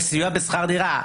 של סיוע בשכר דירה.